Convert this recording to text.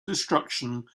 destruction